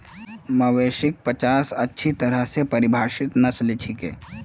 मवेशिक पचास अच्छी तरह स परिभाषित नस्ल छिके